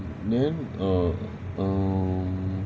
then err um